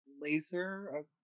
laser